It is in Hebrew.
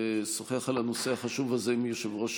שתשוחח על הנושא החשוב הזה עם יושב-ראש